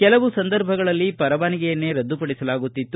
ಕೆಲವು ಸಂದರ್ಭಗಳಲ್ಲಿ ಪರವಾನಗಿಯನ್ನೇ ರದ್ದುಪಡಿಸಲಾಗುತ್ತಿತ್ತು